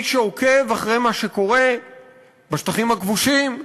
מי שעוקב אחרי מה שקורה בשטחים הכבושים,